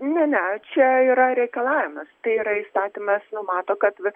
ne ne čia yra reikalavimas tai yra įstatymas numato kad